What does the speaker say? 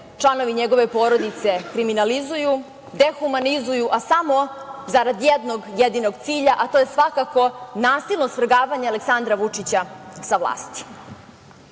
članovi njegove porodice kriminalizuju, dehumanizuju, a samo zarad jednog jedinog cilja, a to je nasilno svrgavanje Aleksandra Vučića sa vlasti. Mogli